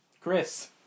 Chris